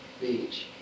Beach